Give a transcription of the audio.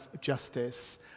justice